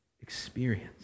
experience